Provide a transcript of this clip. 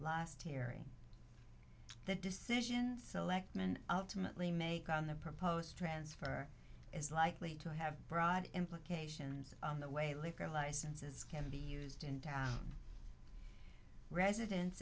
last hearing the decisions selectman ultimately make on the proposed transfer is likely to have broad implications on the way liquor licenses can be used in town residen